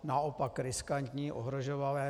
Naopak riskantní, ohrožovala je.